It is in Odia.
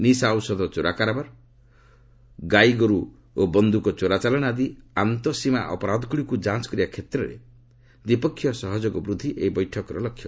ନିଶା ଔଷଧ ଚୋରା କାରବାର ଗୋଇଗୋରୁ ଓ ବନ୍ଧୁକ ଚୋରା ଚାଲାଣ ଆଦି ଆନ୍ତଃସୀମା ଅପରାଧଗୁଡ଼ିକୁ ଯାଞ୍ଚ କରିବା କ୍ଷେତ୍ରରେ ଦ୍ୱିପକ୍ଷିୟ ସହଯୋଗ ବୃଦ୍ଧି ଏହି ବୈଠକର ଲକ୍ଷ୍ୟ